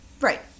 Right